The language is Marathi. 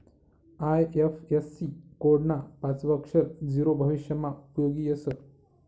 आय.एफ.एस.सी कोड ना पाचवं अक्षर झीरो भविष्यमा उपयोगी येस